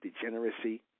degeneracy